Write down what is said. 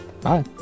bye